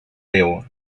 déu